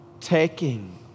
Taking